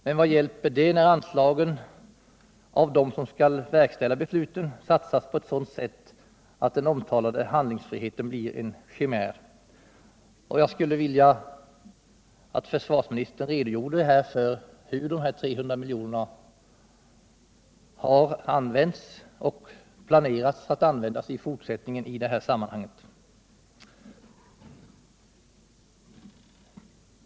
Men vad hjälper det när anslagen satsas på ett sådant sätt — av dem som skall verkställa besluten — att den omtalade handlingsfriheten blir en chimär? Jag skulle vilja att försvarsministern här redogjorde för hur de 300 miljonerna har använts hittills och hur man planerar att använda dem i fortsättningen.